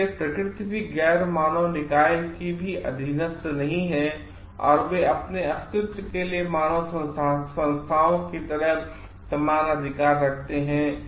और इसलिए प्रकृति भी गैर मानव निकाय भी अधीनस्थ नहीं हैं और वे अपने अस्तित्व के लिए मानव संस्थाओं की तरह समान अधिकार रखते हैं